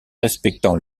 respectant